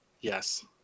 yes